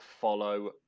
follow